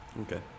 Okay